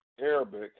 Arabic